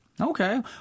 okay